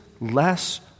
less